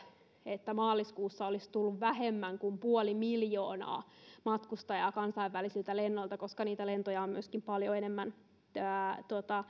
että maaliskuussa olisi tullut vähemmän kuin puoli miljoonaa matkustajaa kansainvälisiltä lennoilta koska niitä lentoja on myöskin paljon enemmän